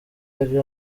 yari